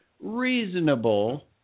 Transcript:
reasonable